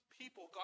people